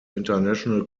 international